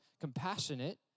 compassionate